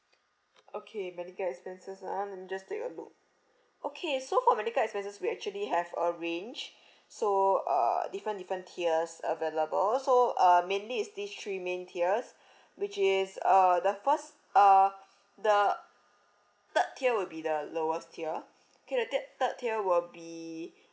okay medical expenses ah let me just take a look okay so for medical expenses we actually have a range so uh different different tiers available so uh mainly is these three main tiers which is uh the first uh the third tier will be the lowest tier okay the thi~ third tier will be